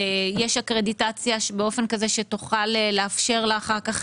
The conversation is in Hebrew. יש אקרדיטציה באופן כזה שתוכל לאפשר לה אחר כך